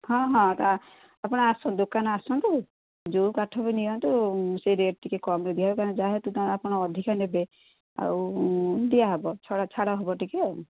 ହଁ ହଁ ଆପଣ ଆସନ୍ତ ଦୋକାନ ଆସନ୍ତୁ ଯେଉଁ କାଠ ବି ନିଅନ୍ତୁ ସେ ରେଟ୍ ଟିକେ କମ୍ ଦିଆହବ କାରଣ ଯାହ ହେତୁ ଆପଣ ଅଧିକା ନେବେ ଆଉ ଦିଆହବ ଛାଡ଼ ହବ ଟିକେ ଆଉ ହ